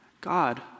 God